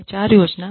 HR Yojana